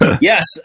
Yes